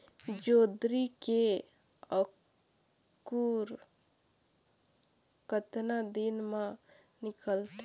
जोंदरी के अंकुर कतना दिन मां निकलथे?